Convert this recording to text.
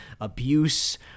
abuse